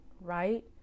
right